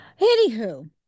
anywho